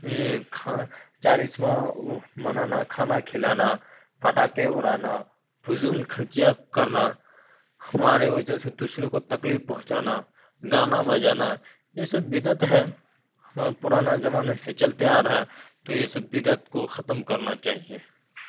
یہ کھانا چالیسواں منانا کھانا کھلانا پٹاخے اڑانا فضول خرچیاں کرنا ہماری وجہ سے دوسرے کو تکلیف پہنچانا گانا بجانا یہ سب بدعت ہے ہمارا پرانا زمانے سے چلتے آ رہا ہے تو یہ سب بدعت کو ختم کرنا چاہیے